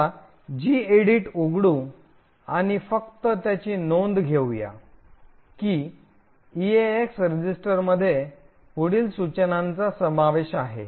चला Gedit उघडू आणि फक्त त्याची नोंद घेऊया की ईएक्स रजिस्टरमध्ये पुढील सूचनांचा समावेश आहे